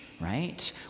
right